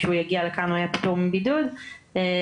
כשהוא יגיע לכאן הוא יהיה פטור בבידוד כחוזר,